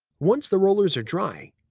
once the rollers are dry,